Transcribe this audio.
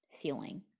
feeling